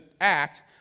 act